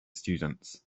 students